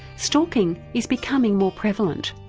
stalking is becoming more prevalent.